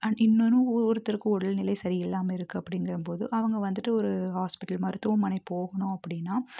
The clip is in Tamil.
அண்ட் இன்னொன்று ஒருத்தருக்கு உடல்நிலை சரி இல்லாமல் இருக்குது அப்படிங்கறபோது அவங்கள் வந்துட்டு ஒரு ஹாஸ்பிட்டல் மருத்துவமனை போகணும் அப்படினா